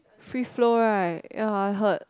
free flow right ya I heard